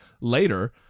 later